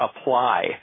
apply